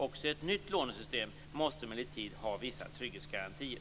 Också ett nytt lånesystem måste emellertid ha vissa trygghetsgarantier.